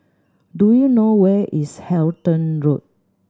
do you know where is Halton Road